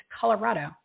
Colorado